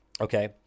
okay